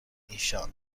ایشان